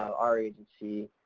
our agency,